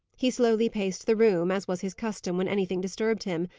he slowly paced the room, as was his custom when anything disturbed him,